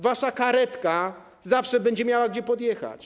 Wasza karetka zawsze będzie miała gdzie podjechać.